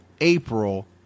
April